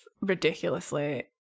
ridiculously